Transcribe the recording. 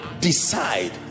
decide